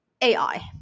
AI